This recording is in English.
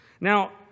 Now